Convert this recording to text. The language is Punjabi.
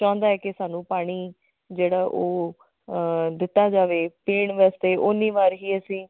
ਚਾਹੁੰਦਾ ਹੈ ਕਿ ਸਾਨੂੰ ਪਾਣੀ ਜਿਹੜਾ ਉਹ ਦਿੱਤਾ ਜਾਵੇ ਪੀਣ ਵਾਸਤੇ ਓਨੀ ਵਾਰ ਹੀ ਅਸੀਂ